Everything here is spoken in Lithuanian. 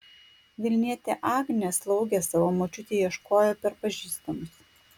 vilnietė agnė slaugės savo močiutei ieškojo per pažįstamus